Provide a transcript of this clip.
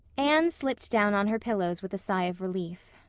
anne slipped down on her pillows with a sigh of relief.